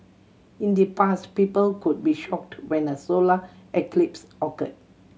in the past people could be shocked when a solar eclipse occurred